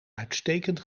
uitstekend